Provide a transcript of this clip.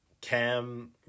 Cam